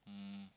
um